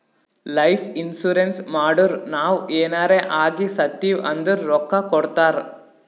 life insurance ಮಾಡುರ್ ನಾವ್ ಎನಾರೇ ಆಗಿ ಸತ್ತಿವ್ ಅಂದುರ್ ರೊಕ್ಕಾ ಕೊಡ್ತಾರ್